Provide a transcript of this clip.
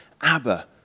Abba